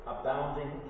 abounding